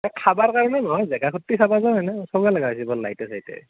এ খাবাৰ কাৰণে নহয় জাগাখনহে চাব যাওঁ এনে চাব লগা হৈছি বৰ লাইটে চাইটে